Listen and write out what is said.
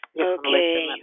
Okay